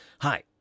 hi